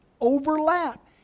overlap